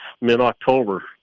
mid-October